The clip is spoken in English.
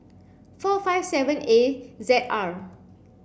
four five seven A Z R